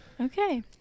Okay